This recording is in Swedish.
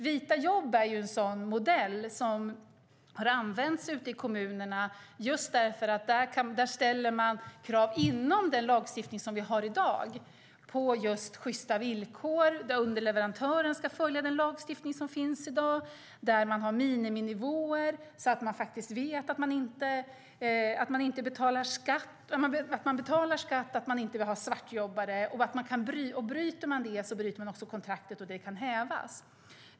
Vita jobb är en modell som har använts ute i kommunerna just därför att man där ställer krav inom den lagstiftning som vi har i dag på sjysta villkor. Underleverantören ska följa den lagstiftning som finns i dag, man har miniminivåer så att man faktiskt vet att det betalas skatt och kontraktet kan hävas om det bryts.